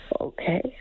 okay